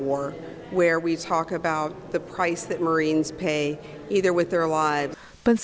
war where we talk about the price that marines pay either with their lives but